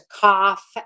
cough